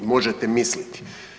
Možete misliti.